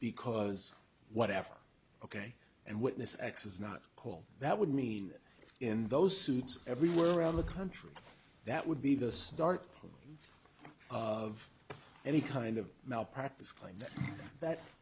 because whatever ok and witness x is not called that would mean in those everywhere around the country that would be the start of any kind of malpractise claims that